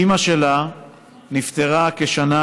אימא שלה נפטרה כשנה